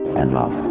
and love.